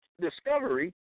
discovery